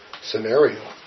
scenario